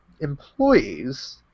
employees